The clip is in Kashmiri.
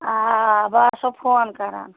آ آ بہٕ آسو فون کَران